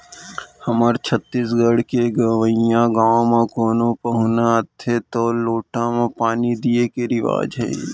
हमर छत्तीसगढ़ के गँवइ गाँव म कोनो पहुना आथें तौ लोटा म पानी दिये के रिवाज हे